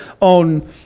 on